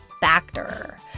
Factor